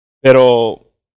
pero